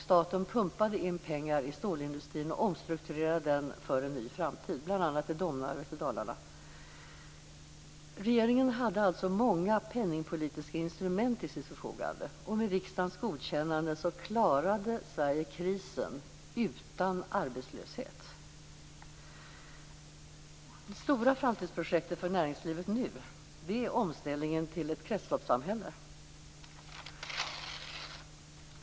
Staten pumpade in pengar i stålindustrin och omstrukturerade den för en ny framtid, bl.a. vid Domnarvet i Dalarna. Regeringen hade alltså många penningpolitiska instrument till sitt förfogande. Med riksdagens godkännande klarade Sverige krisen utan arbetslöshet. Det stora framtidsprojektet för näringslivet nu är omställningen till ett kretsloppssamhälle.